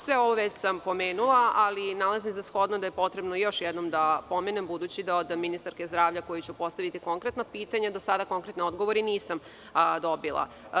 Sve ovo sam već pomenula, ali nalazim za shodno da je potrebno još jednom da pomenem, budući da od ministarke zdravlja, kojoj ću postaviti konkretno pitanje, do sada konkretne odgovore nisam dobila.